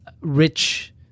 rich